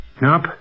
Nope